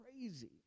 crazy